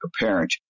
apparent